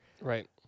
right